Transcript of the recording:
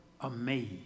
amazed